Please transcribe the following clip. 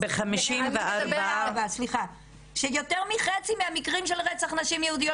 יותר מחצי מהמקרים של רצח נשים יהודיות